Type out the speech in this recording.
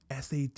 SAT